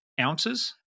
ounces